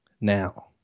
Now